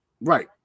Right